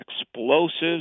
explosives